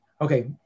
Okay